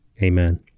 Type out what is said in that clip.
Amen